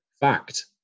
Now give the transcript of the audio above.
Fact